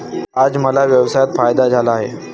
आज मला व्यवसायात फायदा झाला आहे